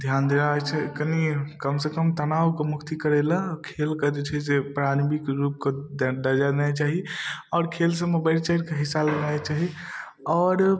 धिआन देबाके छै कनि कमसँ कम तनावके मुक्ति करैलए खेलके जे छै से प्रारम्भिक रूपके दर्जा देनाइ चाही आओर खेलसबमे बढ़ि चढ़िकऽ हिस्सा लेनाइ चाही आओर